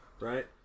right